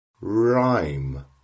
Rhyme